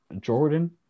Jordan